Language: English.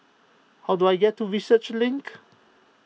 how do I get to Research Link